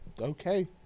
Okay